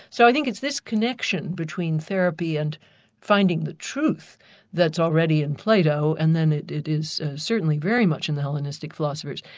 so i think it's this connection between therapy and finding the truth that's already in plato and then it it is certainly very much in the hellenistic philosophers.